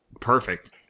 perfect